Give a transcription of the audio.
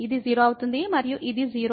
ఇది 0 అవుతుంది మరియు ఇది 0 అవుతుంది